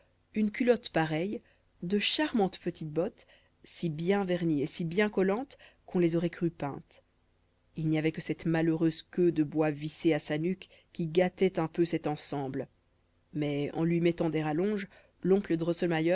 une culotte pareille de charmantes petites bottes si bien vernies et si bien collantes qu'on les aurait crues peintes il n'y avait que cette malheureuse queue de bois vissée à sa nuque qui gâtait un peu cet ensemble mais en lui mettant des rallonges l'oncle